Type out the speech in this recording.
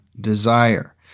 desire